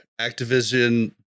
Activision